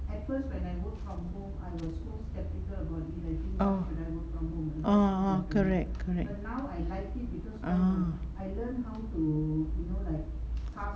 uh uh uh correct ah